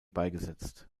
beigesetzt